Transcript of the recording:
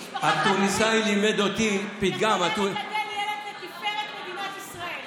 האם משפחה חד-הורית יכולה לגדל ילד לתפארת מדינת ישראל?